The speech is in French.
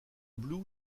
blue